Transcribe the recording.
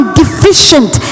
deficient